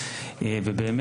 אכן,